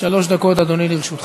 אדוני, שלוש דקות לרשותך,